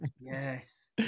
yes